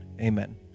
amen